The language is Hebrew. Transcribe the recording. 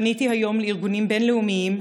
פניתי היום לארגונים בין-לאומיים,